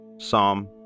Psalm